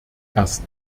erst